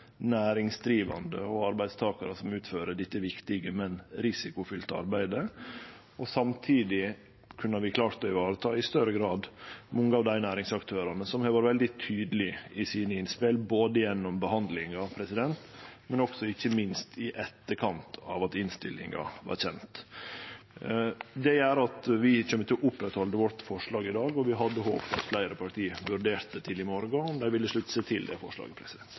næringsdrivande og arbeidstakarar som utfører dette viktige, men risikofylte arbeidet, og samtidig kunne vi klart å vareta i større grad mange av dei næringsaktørane som har vore veldig tydelege i innspela sine, både gjennom behandlinga og ikkje minst i etterkant av at innstillinga vart kjend. Det gjer at vi kjem til å oppretthalde forslaget vårt i dag, og vi hadde håpt at fleire parti vurderte til i morgon om dei ville slutte seg til det forslaget.